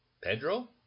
Pedro